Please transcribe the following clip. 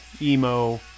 emo